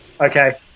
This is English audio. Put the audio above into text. okay